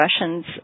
Russians